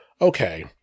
Okay